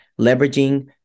leveraging